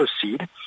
proceed